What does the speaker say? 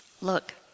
look